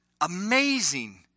amazing